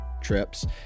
trips